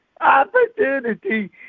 Opportunity